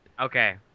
okay